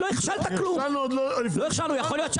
אני יושבת פה כי אני גם יודעת שהערך